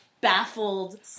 baffled